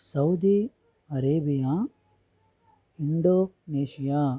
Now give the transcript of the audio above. Saudi Arabia Indonesia